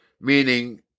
meaning